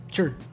sure